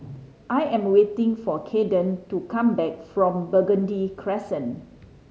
I am waiting for Cayden to come back from Burgundy Crescent